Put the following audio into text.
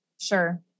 Sure